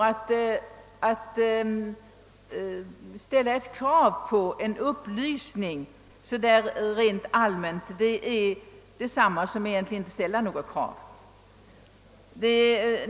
Att ställa ett krav på en upplysning så där rent allmänt, är detsamma som att egentligen inte ställa något krav alls.